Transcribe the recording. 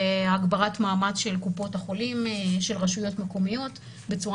והגברת מאמץ של קופות החולים ושל רשויות מקומיות בצורה